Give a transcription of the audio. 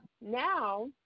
now